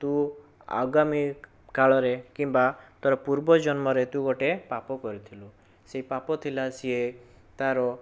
ତୁ ଆଗାମୀ କାଳରେ କିମ୍ବା ତୋର ପୂର୍ବଜନ୍ମରେ ତୁ ଗୋଟେ ପାପ କରିଥିଲୁ ସେ ପାପ ଥିଲା ସିଏ ତା ର